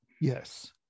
Yes